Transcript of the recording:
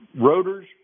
rotors